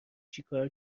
چیکار